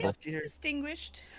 distinguished